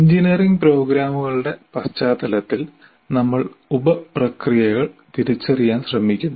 engineering പ്രോഗ്രാമുകളുടെ പശ്ചാത്തലത്തിൽ നമ്മൾ ഉപപ്രക്രിയകൾ തിരിച്ചറിയാൻ ശ്രമിക്കുന്നു